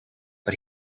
but